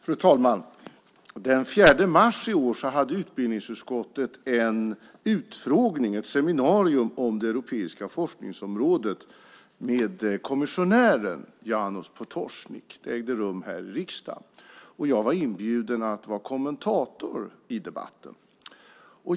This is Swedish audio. Fru talman! Den 4 mars i år hade utbildningsutskottet en utfrågning, ett seminarium, om det europeiska forskningsområdet med kommissionären Janez Potocnik. Den ägde rum här i riksdagen, och jag var inbjuden att vara kommentator i debatten.